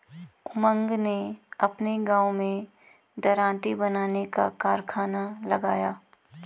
उमंग ने अपने गांव में दरांती बनाने का कारखाना लगाया